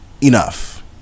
Enough